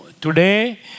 today